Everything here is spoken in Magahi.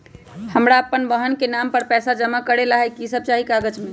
हमरा अपन बहन के नाम पर पैसा जमा करे ला कि सब चाहि कागज मे?